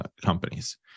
companies